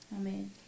Amen